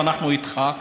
ואנחנו איתך,